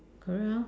correct orh